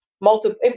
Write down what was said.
multiple